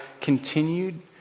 continued